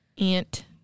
Aunt